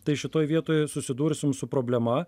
tai šitoj vietoje susidursim su problema